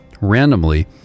randomly